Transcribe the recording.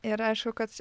ir aišku kad